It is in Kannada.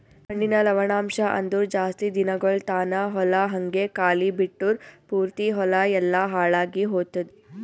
ಮಣ್ಣಿನ ಲವಣಾಂಶ ಅಂದುರ್ ಜಾಸ್ತಿ ದಿನಗೊಳ್ ತಾನ ಹೊಲ ಹಂಗೆ ಖಾಲಿ ಬಿಟ್ಟುರ್ ಪೂರ್ತಿ ಹೊಲ ಎಲ್ಲಾ ಹಾಳಾಗಿ ಹೊತ್ತುದ್